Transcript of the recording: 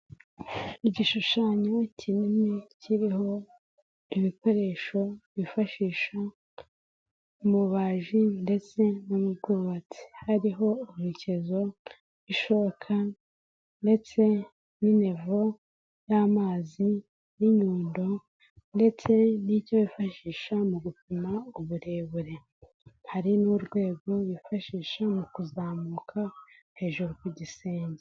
Igishushanyo kinini kiriho ibikoresho bifashisha mu bubaji ndetse no mu bwubatsi, hariho ururekezo, ishoka ndetse n'inivo y'amazi n'inyundo ndetse n'icyo bifashisha mu gupima uburebure, hari n'urwego rwifashishwa mu kuzamuka hejuru ku gisenge.